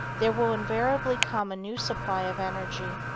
there will invariably come a new supply of energy,